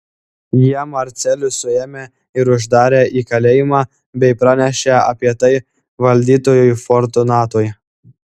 jie marcelių suėmė ir uždarė į kalėjimą bei pranešė apie tai valdytojui fortunatui